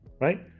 right